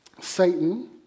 Satan